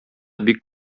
бик